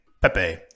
Pepe